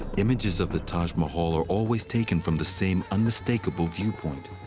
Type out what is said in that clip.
images of the taj mahal are always taken from the same unmistakable viewpoint.